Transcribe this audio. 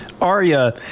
Arya